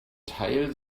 teil